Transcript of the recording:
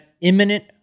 imminent